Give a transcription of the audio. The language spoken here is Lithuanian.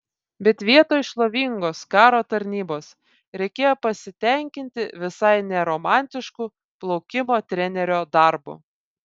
bet vietoj šlovingos karo tarnybos reikėjo pasitenkinti visai ne romantišku plaukimo trenerio darbu